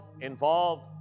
involved